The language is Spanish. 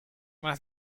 más